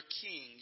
king